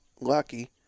lucky